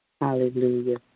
Hallelujah